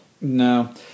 No